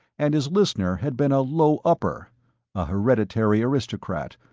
and his listener had been a low-upper, a hereditary aristocrat,